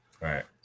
right